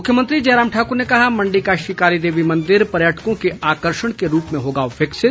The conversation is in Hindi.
मुख्यमंत्री जयराम ठाकुर ने कहा मंडी का शिकारी देवी मंदिर पर्यटकों के आकर्षण के रूप में होगा विकसित